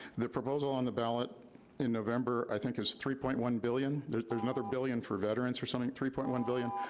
the proposal on the ballot in november, i think, is three point one billion, there's there's another billion for veterans or something, three point one billion,